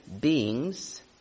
beings